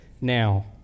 now